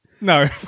No